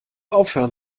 aufhören